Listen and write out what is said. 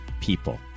people